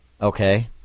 Okay